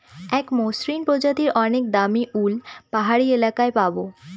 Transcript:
এক মসৃন প্রজাতির অনেক দামী উল পাহাড়ি এলাকায় পাবো